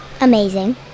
Amazing